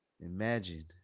Imagine